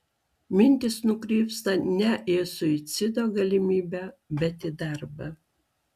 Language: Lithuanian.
mintys nukrypsta ne į suicido galimybę bet į darbą